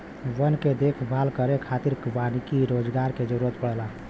वन के देखभाल करे खातिर वानिकी रोजगार के जरुरत पड़ला